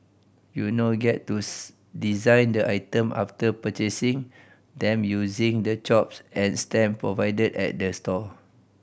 you now get to design the item after purchasing them using the chops and stamp provided at the store